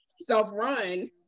self-run